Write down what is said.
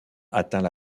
atteint